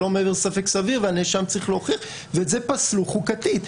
לא מעבר לספק סביר והנאשם צריך להוכיח ואת זה פסלו חוקתית.